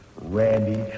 Randy